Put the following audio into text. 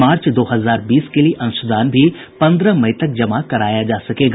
मार्च दो हजार बीस के लिए अंशदान भी पन्द्रह मई तक जमा कराया जा सकेगा